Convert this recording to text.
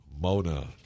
Mona